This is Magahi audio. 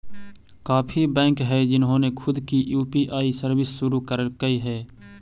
काफी बैंक हैं जिन्होंने खुद की यू.पी.आई सर्विस शुरू करकई हे